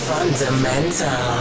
Fundamental